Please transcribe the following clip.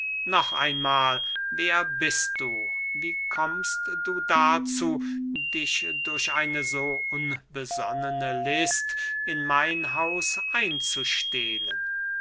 noch einmahl wer bist du und wie kommst du dazu dich durch eine so unbesonnene list in mein haus einzustehlen